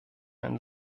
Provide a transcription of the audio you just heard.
einen